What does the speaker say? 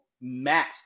match